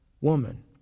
woman